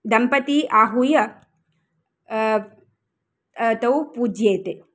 दम्पती आहूय तौ पूज्येते